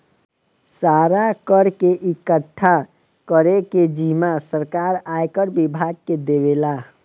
सारा कर के इकठ्ठा करे के जिम्मा सरकार आयकर विभाग के देवेला